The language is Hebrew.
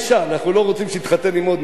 אנחנו לא רוצים שיתחתן עם עוד מישהי,